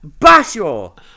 Bashor